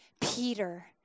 Peter